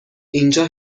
اینجا